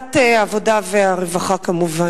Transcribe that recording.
ועדת העבודה והרווחה, כמובן.